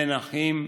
בין אחים,